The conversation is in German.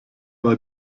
war